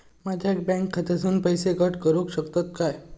माझ्या बँक खात्यासून पैसे कट करुक शकतात काय?